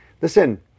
listen